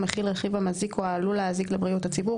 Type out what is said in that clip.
מכיל רכיב המזיק או העלול להזיק לבריאות הציבור,